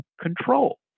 control